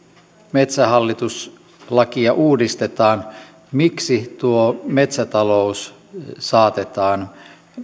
metsähallitus lakia uudistetaan miksi metsätalous saatetaan